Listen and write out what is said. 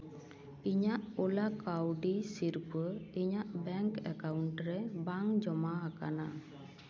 ᱤᱧᱟᱹᱜ ᱳᱞᱟ ᱠᱟᱹᱣᱰᱤ ᱥᱚᱨᱯᱟᱹ ᱤᱧᱟᱹᱜ ᱵᱮᱝᱠ ᱮᱠᱟᱣᱩᱱᱴ ᱨᱮ ᱵᱟᱝ ᱡᱚᱢᱟ ᱟᱠᱟᱱᱟ